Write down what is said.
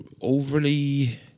overly